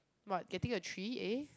what getting a three-A